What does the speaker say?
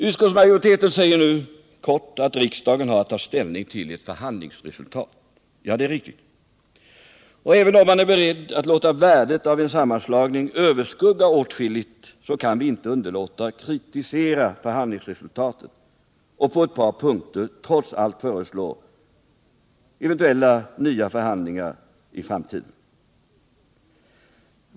Utskottsmajoriteten säger kort att riksdagen har att ta ställning till ett förhandlingsresultat, och det är riktigt. Men även om man är beredd att låta värdet av en sammanslagning överskugga åtskilligt kan vi inte underlåta att kritisera förhandlingsresultatet och på ett par punkter trots allt föreslå nya förhandlingar.